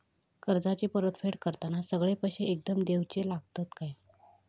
कर्जाची परत फेड करताना सगळे पैसे एकदम देवचे लागतत काय?